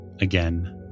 again